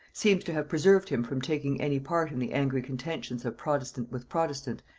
seems to have preserved him from taking any part in the angry contentions of protestant with protestant,